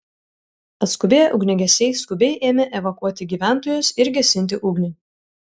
atskubėję ugniagesiai skubiai ėmė evakuoti gyventojus ir gesinti ugnį